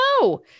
no